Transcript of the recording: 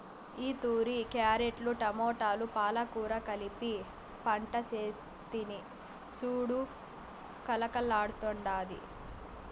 ఈతూరి క్యారెట్లు, టమోటాలు, పాలకూర కలిపి పంటేస్తిని సూడు కలకల్లాడ్తాండాది